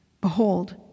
Behold